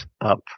up